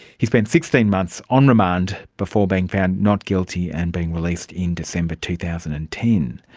he spent sixteen months on remand before being found not guilty and being released in december two thousand and ten.